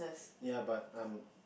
ya but I'm